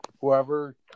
Whoever